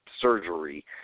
surgery